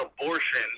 abortion